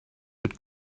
but